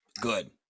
Good